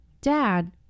Dad